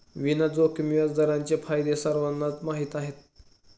विना जोखीम व्याजदरांचे फायदे सर्वांनाच माहीत आहेत